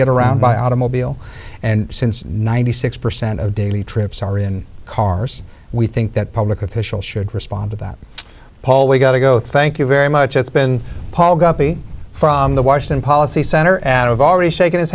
get around by automobile and since ninety six percent of daily trips are in cars we think that public officials should respond to that paul we got to go thank you very much it's been paul guppy from the washington policy center and have already shaken his